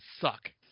suck